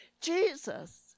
Jesus